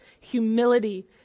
humility